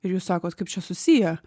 ir jūs sakot kaip čia susiję